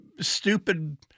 stupid